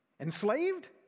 Enslaved